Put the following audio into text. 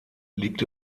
liegt